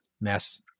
mess